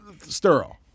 sterile